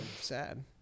Sad